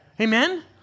amen